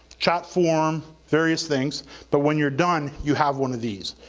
chat forum, various things but when you're done, you have one of these.